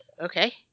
Okay